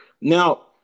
now